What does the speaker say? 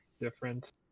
different